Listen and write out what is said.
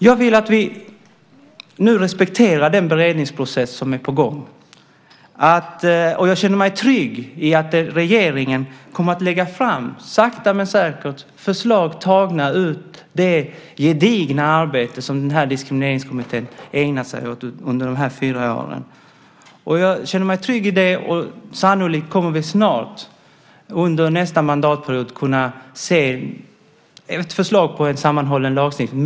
Jag vill att vi nu respekterar den beredningsprocess som är på gång. Och jag känner mig trygg i att regeringen sakta men säkert kommer att lägga fram förslag tagna ur det gedigna arbete som Diskrimineringskommittén ägnat sig åt under de här fyra åren. Sannolikt kommer vi under nästa mandatperiod att kunna se ett förslag på en sammanhållen lagstiftning.